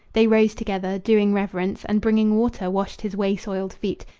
they rose together, doing reverence, and bringing water washed his way-soiled feet,